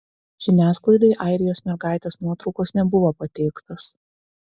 žiniasklaidai airijos mergaitės nuotraukos nebuvo pateiktos